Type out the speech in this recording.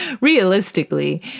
realistically